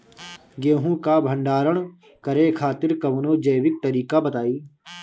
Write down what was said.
गेहूँ क भंडारण करे खातिर कवनो जैविक तरीका बताईं?